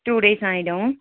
two days ஆயிடும்